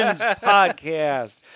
Podcast